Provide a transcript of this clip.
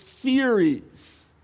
theories